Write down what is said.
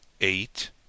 eight